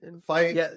Fight